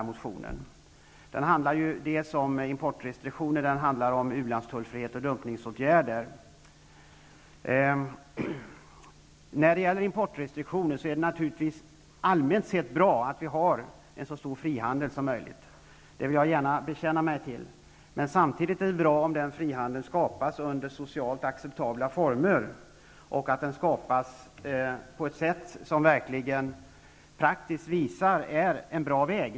Motionen handlar om importrestriktioner, u-landstullfrihet och dumpningsåtgärder. När det gäller importrestriktioner är det allmänt sett naturligtvis bra att vi har en så stor frihandel som möjligt. Det är något som jag gärna vill bekänna mig till. Det är emellertid samtidigt bra om den frihandeln skapas under socialt acceptabla former, och att den skapas på ett sätt som visar att det i praktiken är en bra väg.